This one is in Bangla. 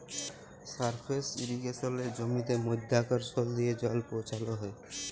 সারফেস ইরিগেসলে জমিতে মধ্যাকরসল দিয়ে জল পৌঁছাল হ্যয়